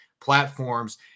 platforms